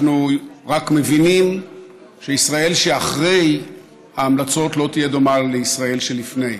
אנחנו רק מבינים שישראל שאחרי ההמלצות לא תהיה דומה לישראל שלפני,